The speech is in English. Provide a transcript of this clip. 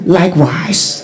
likewise